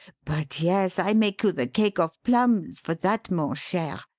but, yes, i make you the cake of plums for that, mon cher.